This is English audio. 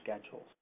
schedules